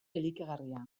elikagarria